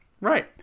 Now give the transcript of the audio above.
Right